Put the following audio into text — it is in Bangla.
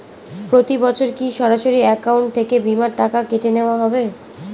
প্রতি বছর কি সরাসরি অ্যাকাউন্ট থেকে বীমার টাকা কেটে নেওয়া হবে?